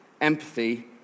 empathy